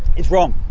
it's wrong.